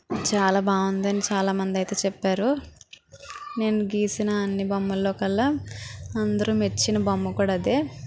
చాలా బాగుందని చాలా మందైతే చెప్పారు నేను గీసిన అన్ని బొమ్మల్లో కల్లా అందరూ మెచ్చిన బొమ్మ కూడా అదే